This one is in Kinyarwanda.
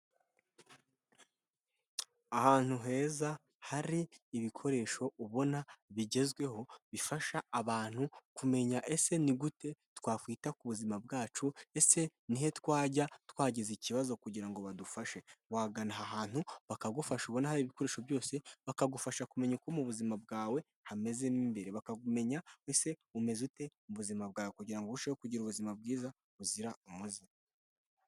Ahantu heza hari ibikoresho ubona bigezweho bifasha abantu kumenya ese ni gute twakwita ku buzima bwacu, ese ni he twajya twagize ikibazo kugira ngo badufashe wagana aha hantu bakagufasha ubona hari ibikoresho byose, bakagufasha kumenya uko mu buzima bwawe hameze mo imbere bakakumenya ese umeze ute mu buzima bwawe kugira ngo urusheho kugira ubuzima bwiza buzira umuze.